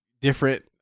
different